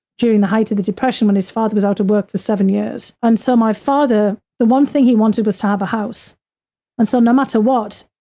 during the height of the depression when his father was out of work for seven years. and so, my father, the one thing he wanted was to have a house and so no matter what,